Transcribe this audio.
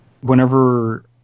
Whenever